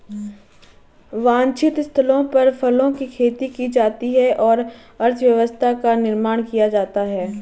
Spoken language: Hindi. वांछित स्थलों पर फलों की खेती की जाती है और अर्थव्यवस्था का निर्माण किया जाता है